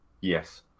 Yes